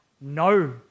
no